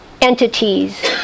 entities